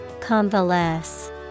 convalesce